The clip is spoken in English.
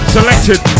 selected